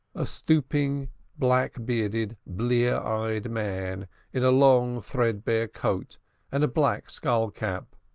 a stooping black-bearded blear-eyed man in a long threadbare coat and a black skull cap,